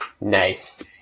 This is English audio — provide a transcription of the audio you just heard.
Nice